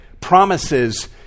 promises